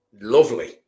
lovely